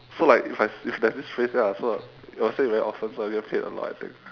so like if I s~ if there's this phrase then I also it was said very often so I will get paid a lot I think